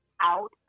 out